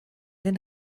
den